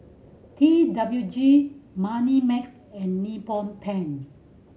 T W G Moneymax and Nippon Paint